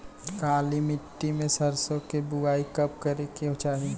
काली मिट्टी में सरसों के बुआई कब करे के चाही?